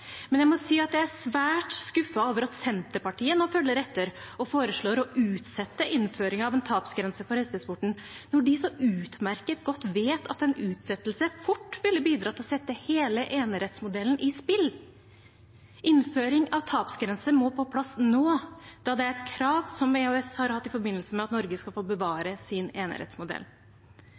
men jeg må si at jeg er svært skuffet over at Senterpartiet nå følger etter og foreslår å utsette innføringen av en tapsgrense for hestesporten, når de så utmerket godt vet at en utsettelse fort vil bidra til å sette hele enerettsmodellen i spill. Innføring av tapsgrense må på plass nå, da det er et krav som EØS har hatt i forbindelse med at Norge skal få bevare sin enerettsmodell.